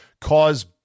cause